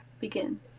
begin